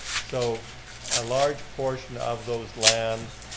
so a large portion of those lands